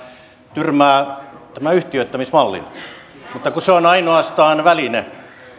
tyrmää tämän yhtiöittämismallin ja se on ainoastaan väline